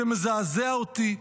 זה מזעזע אותי.